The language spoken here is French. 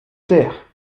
taire